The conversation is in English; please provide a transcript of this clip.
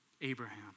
Abraham